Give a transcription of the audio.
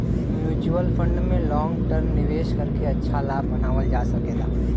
mutual fund में long term निवेश करके अच्छा लाभ बनावल जा सकला